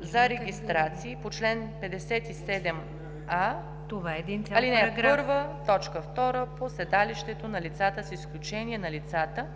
за регистрации по чл. 57а, ал. 1, т. 2 по седалището на лицата с изключение на лицата,